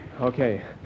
Okay